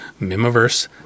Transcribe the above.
Mimiverse